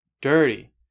dirty